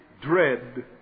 dread